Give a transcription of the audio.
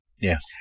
Yes